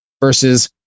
versus